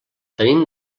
tenim